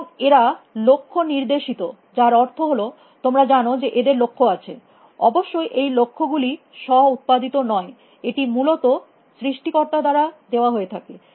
এবং এরা লক্ষ্য নির্দেশিত যার অর্থ হল তোমরা জানো যে এদের লক্ষ্য আছে অবশ্যই এই লক্ষ গুলি স্ব উত্পাদিত নয় এটি মূলত সৃষ্টিকর্তা দ্বারা দেওয়া হয়ে থাকে